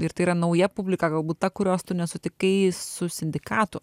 ir tai yra nauja publika galbūt ta kurios tu nesutikai su sindikatu